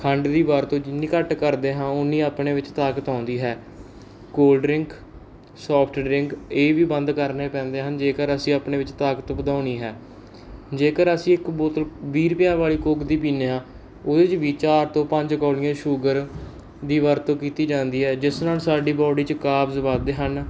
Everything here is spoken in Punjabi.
ਖੰਡ ਦੀ ਵਰਤੋਂ ਜਿੰਨੀ ਘੱਟ ਕਰਦੇ ਹਾਂ ਉਨੀ ਆਪਣੇ ਵਿੱਚ ਤਾਕਤ ਆਉਂਦੀ ਹੈ ਕੋਲਡ ਡਰਿੰਕ ਸੋਫਟ ਡਰਿੰਕ ਇਹ ਵੀ ਬੰਦ ਕਰਨੇ ਪੈਂਦੇ ਹਨ ਜੇਕਰ ਅਸੀਂ ਆਪਣੇ ਵਿੱਚ ਤਾਕਤ ਵਧਾਉਣੀ ਹੈ ਜੇਕਰ ਅਸੀਂ ਇੱਕ ਬੋਤਲ ਵੀਹ ਰੁਪਏ ਵਾਲੀ ਕੋਕ ਦੀ ਪੀਂਦੇ ਹਾਂ ਉਹਦੇ 'ਚ ਵੀ ਚਾਰ ਤੋਂ ਪੰਜ ਕੋਲੀਆਂ ਸ਼ੂਗਰ ਦੀ ਵਰਤੋਂ ਕੀਤੀ ਜਾਂਦੀ ਹੈ ਜਿਸ ਨਾਲ ਸਾਡੀ ਬਾਡੀ 'ਚ ਕਾਰਬਜ਼ ਵੱਧਦੇ ਹਨ